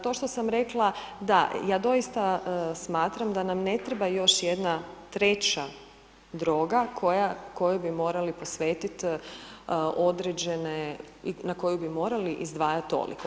To što sam rekla, da, ja doista smatram da nam ne treba još treća droga koju bi morali posvetiti određene i na koju bi morali izdvajati toliko.